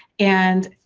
and